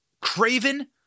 craven